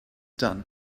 done